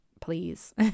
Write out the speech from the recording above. please